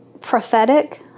prophetic